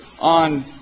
on